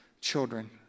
children